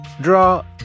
draw